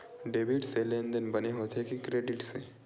Debit से लेनदेन बने होथे कि क्रेडिट से?